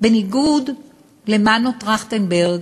בניגוד למנו טרכטנברג,